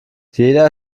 jeder